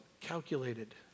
calculated